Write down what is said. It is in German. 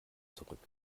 zurück